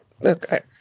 look